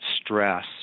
stress